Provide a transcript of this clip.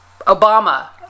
Obama